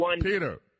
Peter